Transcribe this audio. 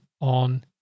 on